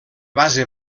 base